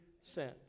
sent